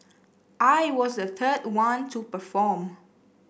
I was the third one to perform